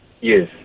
Yes